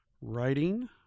writing